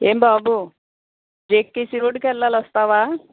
ఏం బాబు జెకేసి రోడ్డుకి వెళ్ళాలి వస్తావా